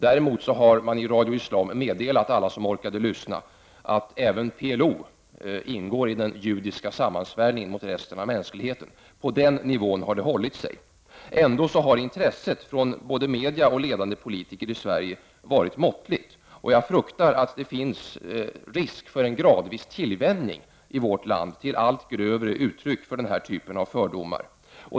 Däremot har man i Radio Islam meddelat alla som orkade lyssna att även PLO ingår i den judiska sammansvärjningen mot resten av mänskligheten. På den nivån har det hållit sig. Ändå har intresset från både massmedia och ledande politiker i Sverige varit måttligt. Jag fruktar att det finns risk för en gradvis tillvänjning i vårt land till allt grövre uttryck för den här typen av fördomar.